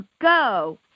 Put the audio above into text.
go